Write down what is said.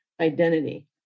identity